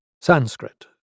Sanskrit